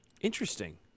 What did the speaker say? Interesting